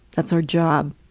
that's our job.